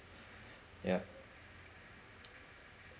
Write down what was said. yeah